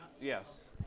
Yes